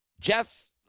Jeff